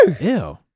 Ew